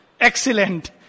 excellent